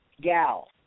gal